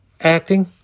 acting